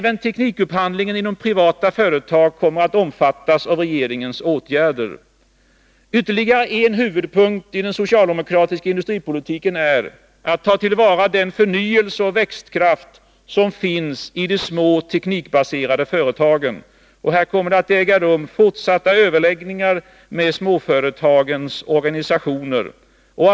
Även teknikupphandlingen inom privata företag kommer att omfattas av regeringens åtgärder. Ytterligare en huvudpunkt i den socialdemokratiska industripolitiken är att ta till vara den förnyelse och växtkraft som finns i de små teknikbaserade företagen. Fortsatta överläggningar med småföretagens organisationer kommer att äga rum.